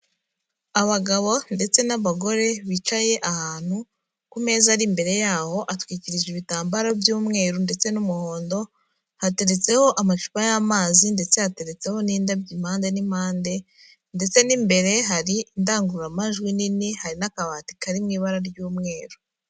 Abagabo ndetse n'abagore bicaye ahantu, ku meza ari imbere yaho atwikiririje ibitambaro by'umweru ndetse n'umuhondo, hateretseho amacupa y'amazi ndetse hateretseho n'indabyo impande n'impande, ndetse n'imbere hari indangururamajwi nini, hari n'akabati kari mu ibara ry'umweru.